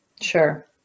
Sure